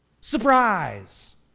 Surprise